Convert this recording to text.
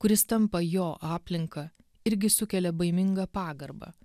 kuris tampa jo aplinka irgi sukelia baimingą pagarbą